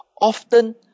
often